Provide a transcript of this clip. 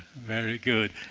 very good